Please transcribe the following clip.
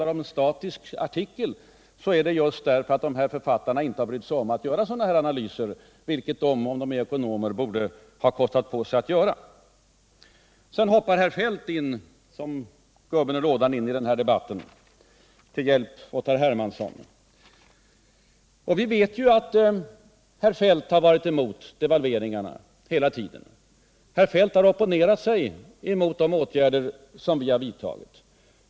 Anledningen till att jag talar om en statisk artikel är att författarna till den aktuella artikeln inte brytt sig om att göra sådana analyser, vilket de om de är ekonomer borde ha kostat på sig att göra. Sedan hoppar herr Feldt upp som gubben i lådan till hjälp för herr Hermansson i vår debatt. Vi vet ju att herr Feldt har varit emot devalveringarna hela tiden. Herr Feldt har opponerat sig mot de åtgärder som vi vidtagit.